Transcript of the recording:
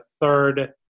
third